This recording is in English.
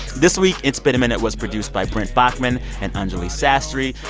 this week, it's been a minute was produced by brent baughman and anjuli sastry.